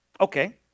Okay